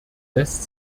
lässt